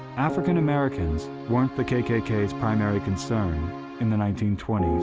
african americans weren't the kkk's primary concern in the nineteen twenty s.